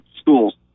schools